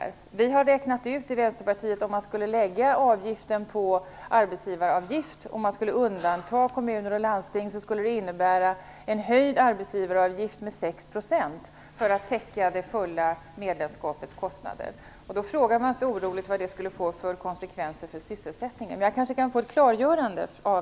I Vänsterpartiet har vi räknat ut att om man tog ut avgiften genom arbetsgivaravgifter, kommuner och landsting undantagna, skulle det innebära en höjning av arbetsgivaravgiften med 6 % för att kunna täcka det fulla medlemskapets kostnader. Man frågar sig då oroligt vad detta skulle få för konsekvenser för sysselsättningen. Kanske kan jag få ett klargörande av